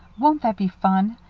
won't that be fun?